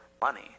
money